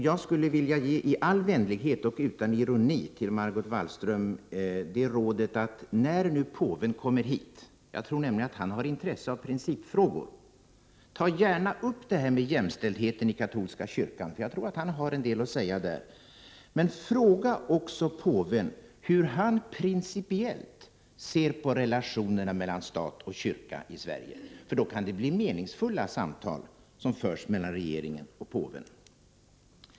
Jag skulle vilja i all vänlighet och utan ironi ge ett råd till statsrådet Margot Wallström. Ta gärna upp frågan om jämställdheten i katolska kyrkan när påven kommer hit. Jag tror nämligen att han har intresse av principfrågor, och han har nog en hel del att säga i detta avseende. Fråga också påven hur han ser principiellt på relationerna mellan stat och kyrka i Sverige. Det kan då bli meningsfulla samtal mellan regeringen och påven.